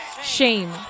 shame